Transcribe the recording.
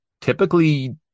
typically